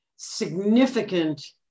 significant